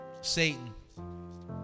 Satan